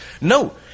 No